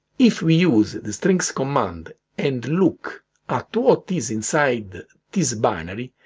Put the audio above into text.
if we use the strings command and look at what is inside this binary,